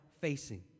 facing